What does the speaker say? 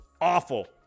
awful